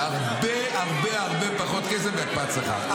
זה הרבה הרבה הרבה פחות כסף מהקפאת שכר,